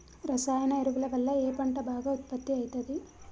రసాయన ఎరువుల వల్ల ఏ పంట బాగా ఉత్పత్తి అయితది?